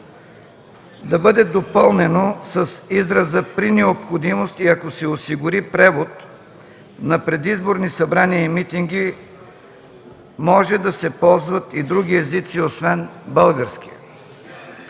да бъде допълнено с израза „при необходимост и ако се осигури превод на предизборни събрания и митинги, може да се ползват и други езици, освен българския”.